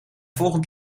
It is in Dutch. volgend